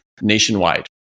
nationwide